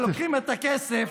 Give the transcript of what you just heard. שלוקחים את הכסף